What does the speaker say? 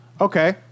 Okay